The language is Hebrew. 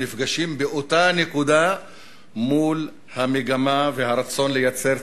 הם נפגשים באותה נקודה מול המגמה והרצון לייצר